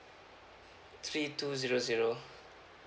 three two zero zero